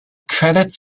credits